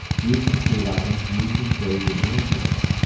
these include items used in trade with the indians,